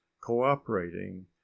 cooperating